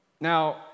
Now